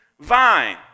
vine